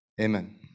Amen